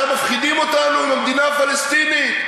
עכשיו מפחידים אותנו עם המדינה הפלסטינית,